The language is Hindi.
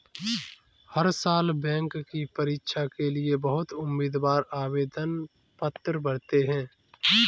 हर साल बैंक की परीक्षा के लिए बहुत उम्मीदवार आवेदन पत्र भरते हैं